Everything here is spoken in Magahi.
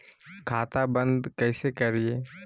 खाता बंद कैसे करिए?